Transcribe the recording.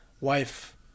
wife